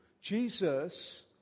Jesus